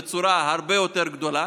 בצורה הרבה יותר גדולה,